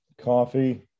coffee